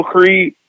Creed